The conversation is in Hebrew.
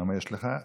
כמה יש לך?